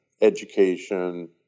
education